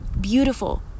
beautiful